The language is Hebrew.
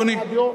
אדוני,